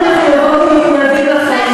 אנחנו מחויבות ומחויבים לחיים,